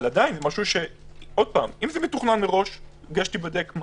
אם זה מתוכנן מראש, גש תיבדק.